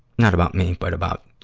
not about me, but about